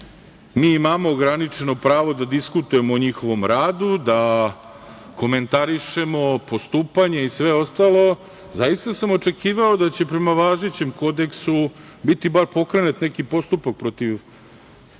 mi imamo ograničeno pravo da diskutujemo o njihovom radu, da komentarišemo postupanje i sve ostalo, i zaista sam očekivao da će prema važećem kodeksu, biti bar pokrenut neki postupak protiv